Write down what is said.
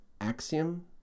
axiom